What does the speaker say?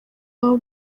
aba